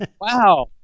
wow